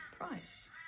price